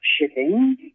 shipping